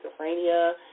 schizophrenia